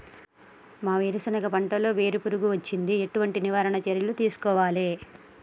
మా వేరుశెనగ పంటలలో వేరు పురుగు వచ్చింది? ఎటువంటి నివారణ చర్యలు తీసుకోవాలే?